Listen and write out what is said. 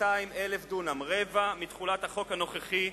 200,000 דונם, רבע מתחולת החוק הנוכחי,